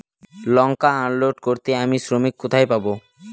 লঙ্কা unload করতে আমি শ্রমিক কোথায় পাবো?